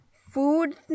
food